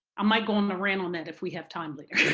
i might go and around on that, if we have time later.